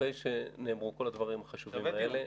אחרי שנאמרו כל הדברים החשובים האלה,